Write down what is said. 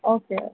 okay